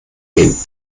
den